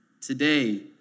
today